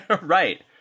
Right